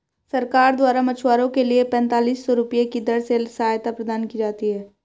सरकार द्वारा मछुआरों के लिए पेंतालिस सौ रुपये की दर से सहायता प्रदान की जाती है